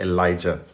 Elijah